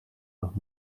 los